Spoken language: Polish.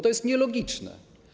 To jest nielogiczne.